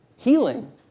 Healing